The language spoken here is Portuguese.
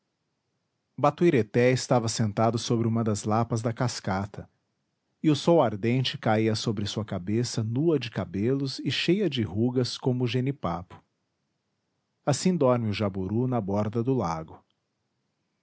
batuireté estava sentado sobre uma das lapas da cascata e o sol ardente caía sobre sua cabeça nua de cabelos e cheia de rugas como o jenipapo assim dorme o jaburu na borda do lago